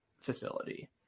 facility